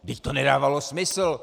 Vždyť to nedávalo smysl.